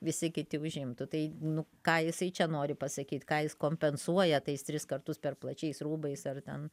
visi kiti užimtų tai nu ką jisai čia nori pasakyt ką jis kompensuoja tais tris kartus per plačiais rūbais ar ten